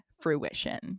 fruition